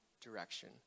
direction